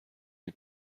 این